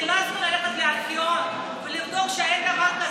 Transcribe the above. נאלצנו ללכת לארכיון ולבדוק שאין דבר כזה,